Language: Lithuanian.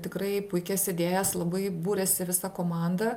tikrai puikias idėjas labai būrėsi visa komanda